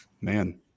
Man